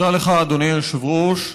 תודה לך, אדוני היושב-ראש.